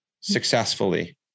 successfully